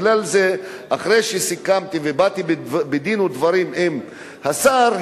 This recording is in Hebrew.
אחרי שסיכמתי ובאתי בדין ודברים עם השר,